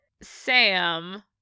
Sam